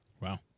Wow